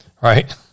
right